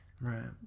Right